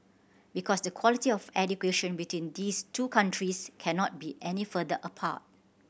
because the quality of education between these two countries cannot be any further apart